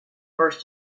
first